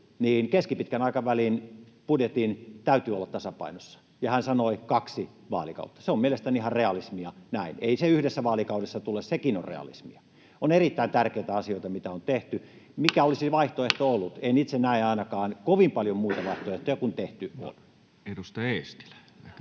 keskipitkän aikavälin budjetin täytyy olla tasapainossa, ja hän sanoi kaksi vaalikautta. Se on mielestäni ihan realismia näin. Ei se yhdessä vaalikaudessa tule, sekin on realismia. Ovat erittäin tärkeitä asioita, mitä on tehty. Mikä olisi se vaihtoehto ollut? En itse näe ainakaan kovin paljon muita vaihtoehtoja kuin se, mitä on tehty.